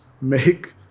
make